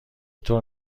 طور